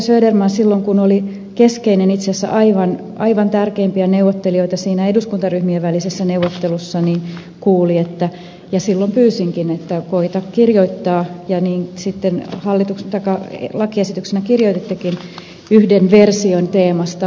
söderman silloin kun oli keskeinen itse asiassa aivan tärkeimpiä neuvottelijoita siinä eduskuntaryhmien välisessä neuvottelussa kuuli tällaisesta ja silloin pyysinkin että koeta kirjoittaa ja niin sitten lakiesityksenä kirjoitittekin yhden version teemasta